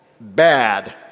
bad